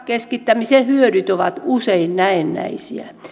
keskittämisen hyödyt ovat usein näennäisiä